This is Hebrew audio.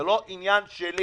זה לא עניין שלי